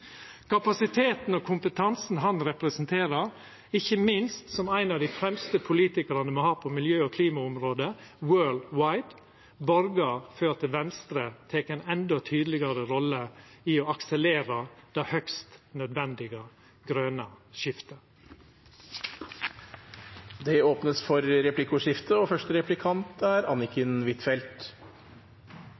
Kapasiteten og kompetansen han representerer, ikkje minst som ein av dei fremste politikarane me har på miljø- og klimaområdet «worldwide», borgar for at Venstre tek ei endå tydelegare rolle i å akselerera det høgst nødvendige grøne skiftet. Det blir replikkordskifte. Takk for kaffeinvitasjonen, som kanskje var til oss alle – det er